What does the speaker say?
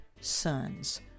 sons